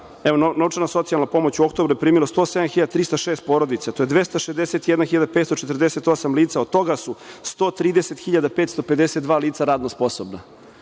da novčana socijalna pomoć u oktobru je primilo 107.306 porodica, a to je 261.548 lica, od toga su 130.552 lica radno sposobna.